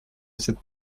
cette